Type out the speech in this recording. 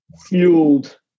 fueled